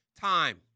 Time